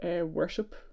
worship